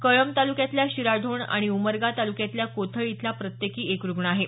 कळंब तालुक्यातल्या शिराढोण आणि उमरगा तालुक्यातल्या कोथळी इथला प्रत्येकी एक रुग्ण आहे